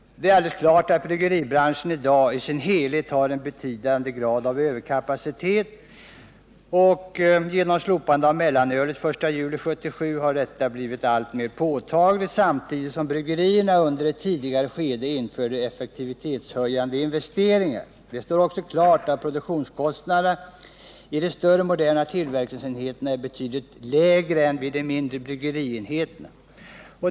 Det är alldeles klart att bryggeribranschen i dag i sin helhet har en betydande grad av överkapacitet. Genom slopandet av mellanölet den 1 juli 1977 har denna blivit alltmer påtaglig, samtidigt som bryggerierna under ett tidigare skede genomförde effektivitetshöjande investeringar. Det står också klart att produktionskostnaderna i de stora moderna tillverkningsenheterna är betydligt lägre än vid de mindre bryggerienheterna.